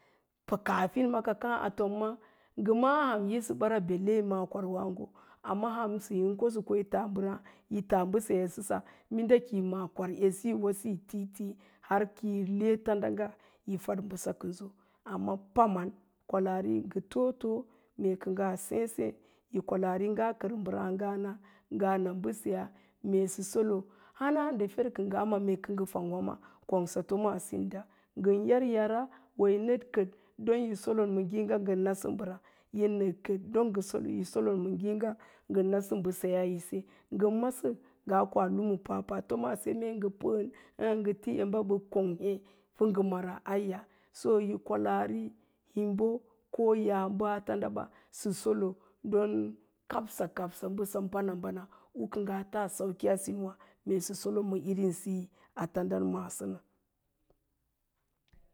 Kaafin ə kaa a toma'a ngə ma'a ham yi sə bara balle yi ma'a kwarwáágo, ham yi ko sə ko yi taa mbəse yaa ma mbəráásisoɓa, minda kəi ma'á kwar edsisiwa titi har kiyi le tanda nga yi fad bəsa kənso. pə paman kwahari ngə too too kə ngaa séé-séé, yi kwalaari ngaa kər mbəráá ngaa na, ngaa kər mbəseyaa me sə solo, a le fer kə ngaa ma mee kə ngə fang wa ma kongsa tomaasinda, ngən yaryara, wo yi nəd kəd, non yi solon ma ngéé nga ngən nasə mbərás, yin nəd kəd don yi solon ngən nasə mbəseyaa. Ngən masə ngaa koa lumu tomaa ngə pəə, ngə ti emba mbə kong ni pə ngə mara. Aiya, so yi kwalaari himbo ko ya'a bə a tandaɓa sə solo ɗon kabsa kabsa yi bana u kə ngaa taa sauki a sinwa. Me ngə sol ma irinsiyi nə a tanda maso.